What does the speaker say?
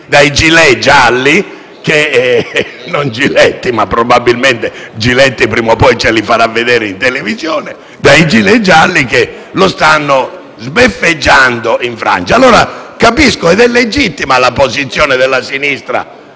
dai *gilet* gialli che lo stanno sbeffeggiando in Francia. Capisco ed è legittima la posizione della sinistra